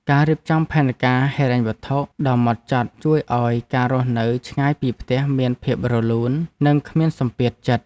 ការរៀបចំផែនការហិរញ្ញវត្ថុដ៏ហ្មត់ចត់ជួយឱ្យការរស់នៅឆ្ងាយពីផ្ទះមានភាពរលូននិងគ្មានសម្ពាធចិត្ត។